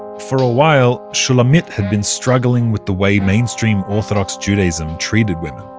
for a while, shulamit had been struggling with the way mainstream orthodox judaism treated women.